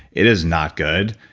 it is not good,